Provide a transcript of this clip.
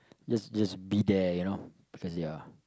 just just be there you now cause ya